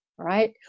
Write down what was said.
right